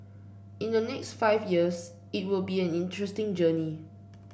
in the next five years it will be an interesting journey